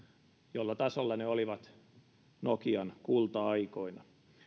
jolla tasolla ne olivat nokian kulta aikoina